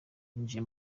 yinjiye